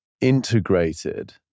integrated